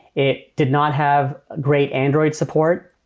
it did not have great android support.